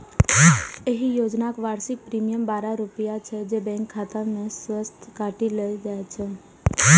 एहि योजनाक वार्षिक प्रीमियम बारह रुपैया छै, जे बैंक खाता सं स्वतः काटि लेल जाइ छै